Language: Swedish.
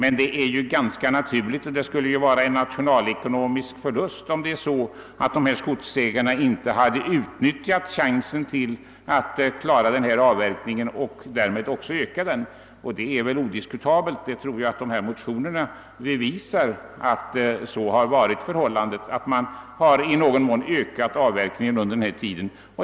Det är naturligt att dessa skogsägare utnyttjat chansen att öka avverkningarna; ett annat handlande hade inneburit en nationalekonomisk förlust. Motionerna i ärendet be visar också att man i någon mån ökat avverkningarna under denna tid.